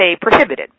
prohibited